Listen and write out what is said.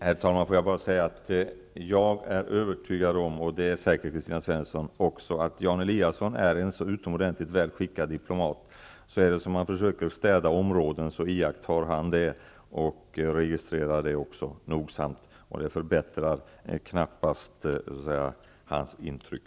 Herr talman! Jag är övertygad om, och det är säkert Kristina Svensson också, att Jan Eliasson är en så utomordentligt väl skickad diplomat att han iakttar och nogsamt registrerar om man man har försökt städa områden. Jag är också säker på att en sådan åtgärd knappast förbättrar hans intryck.